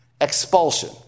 Expulsion